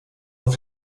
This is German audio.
und